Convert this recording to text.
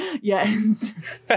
yes